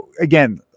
again